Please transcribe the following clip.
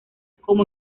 como